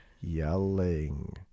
yelling